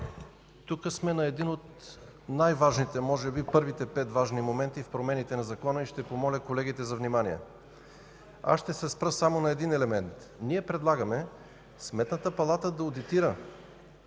Тук сме на един от най-важните, може би един от първите пет важни момента в промените на закона. Ще помоля колегите за внимание. Ще се спра само на един елемент. Ние предлагаме Сметната палата да одитира